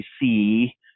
see